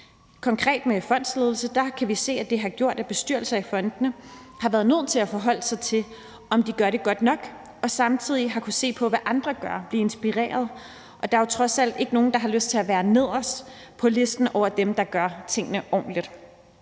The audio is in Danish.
konkret angår fondsledelse, kan vi se, at det har gjort, at bestyrelser i fondene har været nødt til at forholde sig til, om de gør det godt nok, og samtidig har de kunnet se på, hvad andre gør, og de har kunnet blive inspireret. Der er jo trods alt ikke nogen, der har lyst til at være nederst på listen over dem, der gør tingene ordentligt,